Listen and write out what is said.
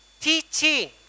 Teaching